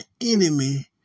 enemy